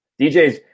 DJs